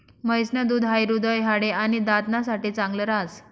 म्हैस न दूध हाई हृदय, हाडे, आणि दात ना साठे चांगल राहस